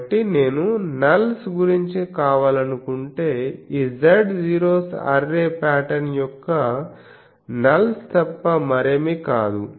కాబట్టి నేను నల్స్ గురించి కావాలనుకుంటే ఈ Z జీరోస్ అర్రే పాటర్న్ యొక్క నల్స్ తప్ప మరేమీ కాదు